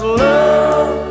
love